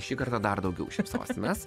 šį kartą dar daugiau šypsosimės